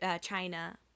China